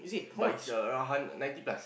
but is around hun~ ninety plus